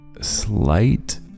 slight